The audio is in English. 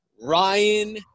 Ryan